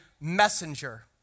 messenger